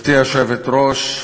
גברתי היושבת-ראש,